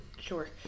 Sure